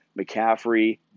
McCaffrey